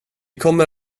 kommer